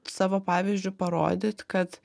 savo pavyzdžiu parodyt kad